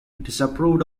disapproved